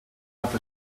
dat